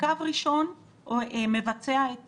קו ראשון מבצע את